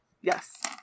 Yes